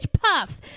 puffs